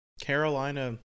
Carolina